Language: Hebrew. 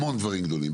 המון דברים גדולים.